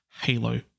halo